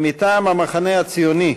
מטעם המחנה הציוני,